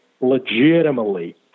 legitimately